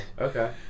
Okay